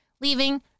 leaving